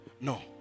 no